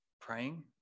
praying